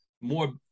more